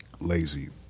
lazy